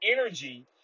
energy